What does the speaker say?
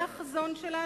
זה החזון שלנו?